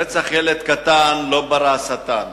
רצח ילד קטן לא ברא השטן.